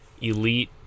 elite